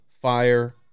fire